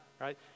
right